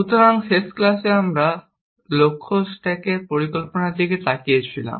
সুতরাং শেষ ক্লাসে আমরা লক্ষ্য স্ট্যাকের পরিকল্পনার দিকে তাকিয়েছিলাম